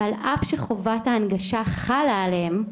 ועל אף שחובת ההנגשה חלה עליהם,